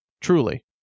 truly